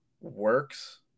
works